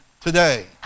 today